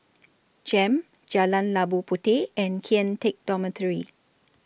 Jem Jalan Labu Puteh and Kian Teck Dormitory